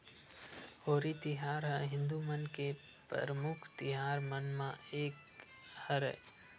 होरी तिहार ह हिदू मन के परमुख तिहार मन म एक हरय